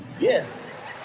yes